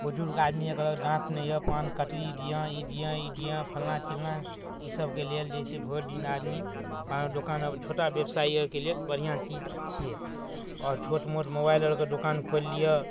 बुजुर्ग आदमी अइ कहलक दाँत नहि अइ पान कतरी दिअऽ ई दिअऽ ई दिअऽ फल्लाँ चिल्लाँ ई सबके लेल जे छै भरिदिन आदमी पानके दोकानपर छोटा बेबसाइके लेल बढ़िआँ चीज छिए आओर छोट मोट मोबाइल आओरके दोकान खोलि लिअऽ